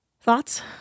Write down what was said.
thoughts